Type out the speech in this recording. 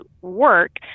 work